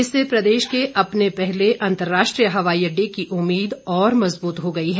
इससे प्रदेश के अपने पहले अंतरराष्ट्रीय हवाई अड्डे की उम्मीद और मजबूत हो गई है